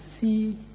see